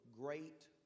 great